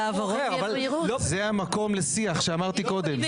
זה המקום לשיח שאמרתי קודם.